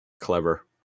Clever